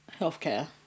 healthcare